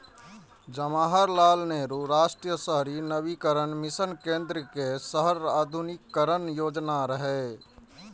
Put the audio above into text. जवाहरलाल नेहरू राष्ट्रीय शहरी नवीकरण मिशन केंद्र सरकार के शहर आधुनिकीकरण योजना रहै